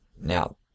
Now